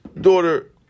daughter